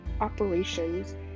operations